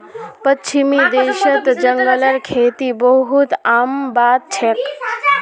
पश्चिमी देशत जंगलेर खेती बहुत आम बात छेक